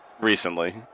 recently